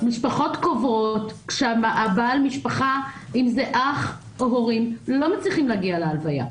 משפחות קרובות אם זה אח או הורים לא מצליחות להגיע להלוויה,